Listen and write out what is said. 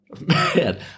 Man